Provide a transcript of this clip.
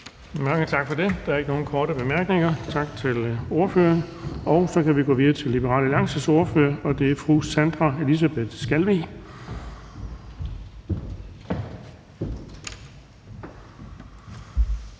Mange tak for det. Der er ikke nogen korte bemærkninger. Tak til ordføreren. Så kan vi gå videre til Liberal Alliances ordfører, og det er fru Sandra Elisabeth Skalvig.